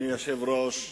אדוני היושב-ראש,